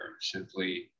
simply